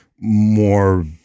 more